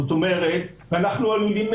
זאת אומרת, אנחנו עלולים